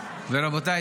ורבותיי,